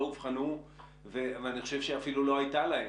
אובחנו ואני חושב שאפילו לא הייתה להם,